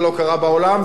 זה לא קרה בעולם,